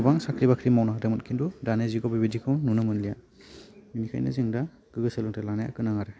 गोबां साख्रि बाख्रि मावनो हादोंमोन खिन्थु दानि जुगाव बिदिखौ नुनो मोनलिया बेनिखायनो जों दा गोग्गो सोलोंथाइ लानाया गोनां आरो